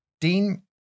Dean